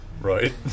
Right